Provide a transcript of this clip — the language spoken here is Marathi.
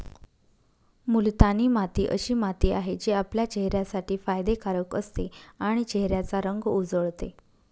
मुलतानी माती अशी माती आहे, जी आपल्या चेहऱ्यासाठी फायदे कारक असते आणि चेहऱ्याचा रंग उजळते